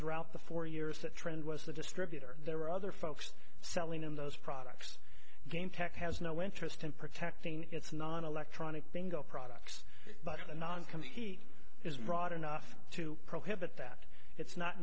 throughout the four years that trend was the distributor there were other folks selling them those products game tech has no interest in protecting its non electronic bingo products but the non compete is broad enough to prohibit that it's not